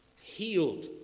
healed